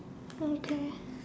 okay